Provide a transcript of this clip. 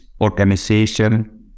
organization